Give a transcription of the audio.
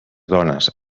dones